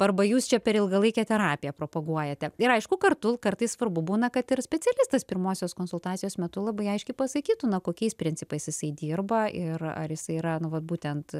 arba jūs čia per ilgalaikę terapiją propaguojate ir aišku kartu kartais svarbu būna kad ir specialistas pirmosios konsultacijos metu labai aiškiai pasakytų na kokiais principais jisai dirba ir ar jisai yra nu vat būtent